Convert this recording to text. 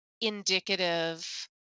indicative